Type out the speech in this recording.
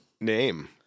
Name